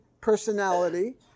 personality